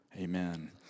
Amen